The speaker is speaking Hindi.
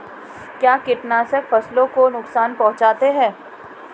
क्या कीटनाशक फसलों को नुकसान पहुँचाते हैं?